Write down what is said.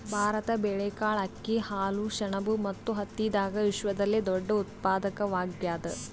ಭಾರತ ಬೇಳೆಕಾಳ್, ಅಕ್ಕಿ, ಹಾಲು, ಸೆಣಬು ಮತ್ತು ಹತ್ತಿದಾಗ ವಿಶ್ವದಲ್ಲೆ ದೊಡ್ಡ ಉತ್ಪಾದಕವಾಗ್ಯಾದ